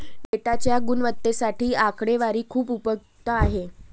डेटाच्या गुणवत्तेसाठी आकडेवारी खूप उपयुक्त आहे